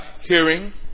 hearing